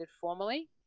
formally